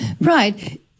Right